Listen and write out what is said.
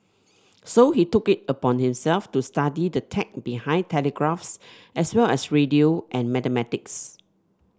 so he took it upon himself to study the tech behind telegraphs as well as radio and mathematics